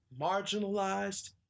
marginalized